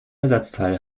ersatzteil